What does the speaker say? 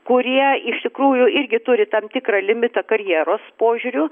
kurie iš tikrųjų irgi turi tam tikrą limitą karjeros požiūriu